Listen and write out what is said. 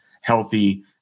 healthy